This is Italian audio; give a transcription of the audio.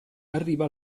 arriva